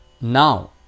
Now